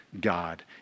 god